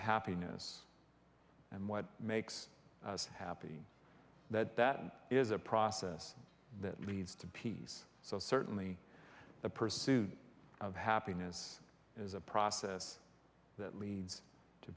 happiness and what makes us happy that that is a process that leads to peace so certainly the pursuit of happiness is a process that leads to